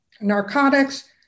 narcotics